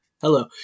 Hello